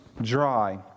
dry